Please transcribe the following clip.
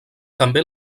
també